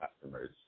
customers